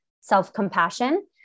self-compassion